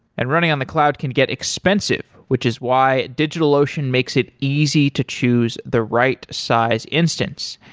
and running on the cloud can get expensive, which is why digitalocean makes it easy to choose the right size instance.